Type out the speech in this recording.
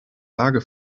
lage